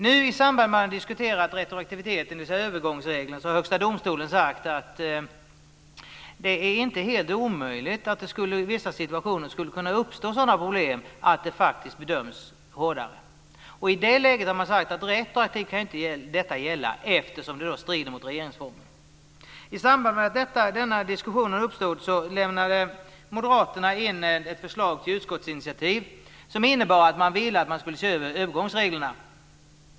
Nu i samband med att retroaktiviteten i övergångsreglerna har diskuterats har Högsta domstolen sagt att det inte är omöjligt att det i vissa situationer kan uppstå problem med en hårdare bedömning. I det läget har det sagts att retroaktivitet inte kan gälla eftersom det strider mot regeringsformen. I samband med att diskussionen uppstod lämnade moderaterna in ett förslag till utskottsinitiativ, som innebar att moderaterna ville se över övergångsreglerna.